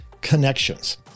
connections